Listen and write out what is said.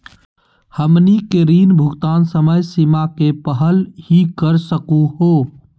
हमनी के ऋण भुगतान समय सीमा के पहलही कर सकू हो?